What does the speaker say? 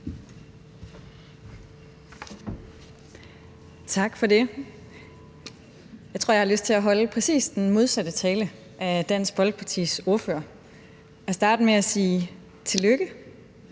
Tak for det. Jeg tror, jeg har lyst til at holde præcis den modsatte tale af Dansk Folkepartis ordfører. Jeg vil starte med at sige tillykke